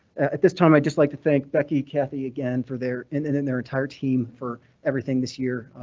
at this time, i'd just like to thank becky kathy again for their and and and their entire team for everything this year.